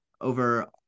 over